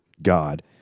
God